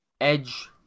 Edge